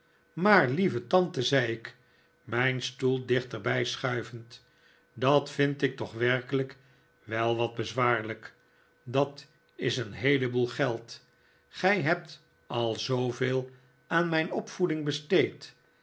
maar lieve tante zei ik mijn stoel dichterbij schuivend dat vind ik toch werkelijk wel wat bezwaarlijk dat is een heeleboel geld gij hebt al zooveel aan mijn opvoeding besteed